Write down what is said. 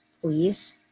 please